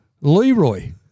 Leroy